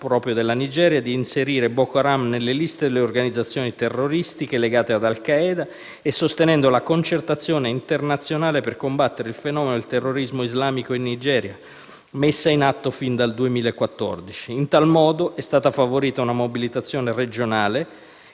l'iniziativa nigeriana di inserire Boko Haram nelle liste delle organizzazioni terroristiche legate ad Al-Qaeda e sostenendo la concertazione internazionale per combattere il fenomeno del terrorismo islamico in Nigeria, messa in atto fin dal 2014. In tal modo, è stata favorita una mobilitazione regionale